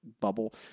bubble